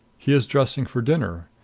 he is dressing for dinner.